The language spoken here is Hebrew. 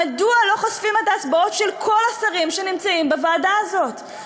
מדוע לא חושפים את ההצבעות של כל השרים שנמצאים בוועדה הזאת?